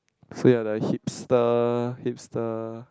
say you're like hipster hipster